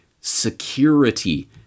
security